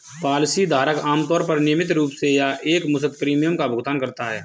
policy धारक आमतौर पर नियमित रूप से या एकमुश्त प्रीमियम का भुगतान करता है